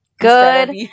Good